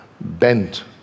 bent